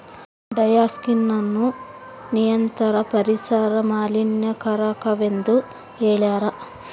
ಡಯಾಕ್ಸಿನ್ಗಳನ್ನು ನಿರಂತರ ಪರಿಸರ ಮಾಲಿನ್ಯಕಾರಕವೆಂದು ಹೇಳ್ಯಾರ